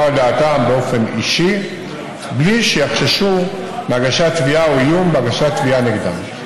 את דעתם באופן אישי בלי שיחששו מהגשת תביעה או איום בהגשת תביעה נגדם".